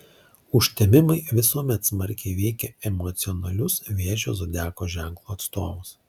užtemimai visuomet smarkiai veikia emocionalius vėžio zodiako ženklo atstovus